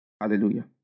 Hallelujah